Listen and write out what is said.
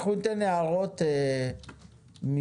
אנחנו ניתן הערות בזום,